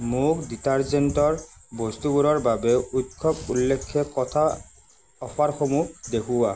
মোক ডিটাৰজেন্টৰ বস্তুবোৰৰ বাবে উৎসৱ উল্লেক্ষে কথা অফাৰসমূহ দেখুওৱা